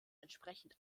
entsprechend